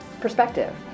perspective